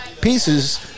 pieces